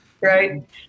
Right